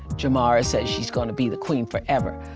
jamara says she's gonna be the queen forever,